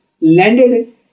landed